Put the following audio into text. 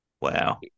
Wow